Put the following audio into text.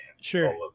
Sure